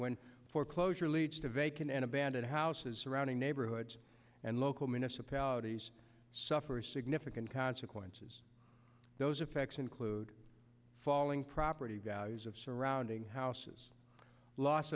when foreclosure leads to vacant and abandoned houses surrounding neighborhoods and local municipalities suffer significant consequences those effects include falling property values of surrounding houses loss